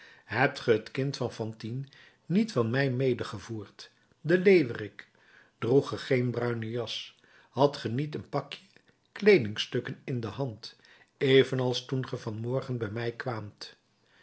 hebt ge het kind van fantine niet van mij medegevoerd de leeuwerik droegt ge geen bruine jas hadt ge niet een pakje kleedingstukken in de hand evenals toen ge vanmorgen bij mij kwaamt